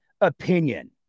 opinion